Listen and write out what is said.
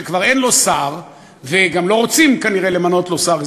שכבר אין לו שר וגם לא רוצים כנראה למנות לו שר,